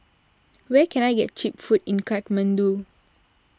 where can I get Cheap Food in Kathmandu